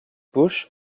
busch